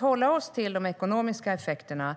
hålla oss till de ekonomiska effekterna.